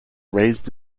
raised